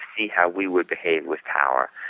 see how we would behave with power,